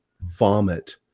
vomit